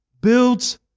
builds